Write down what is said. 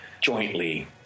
jointly